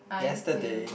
I tell you